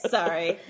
Sorry